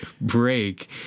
break